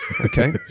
okay